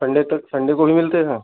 Sunday तक Sunday को भी मिलते हैं